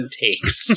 takes